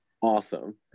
awesome